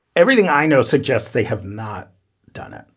everything i know suggests they have not done it.